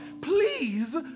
Please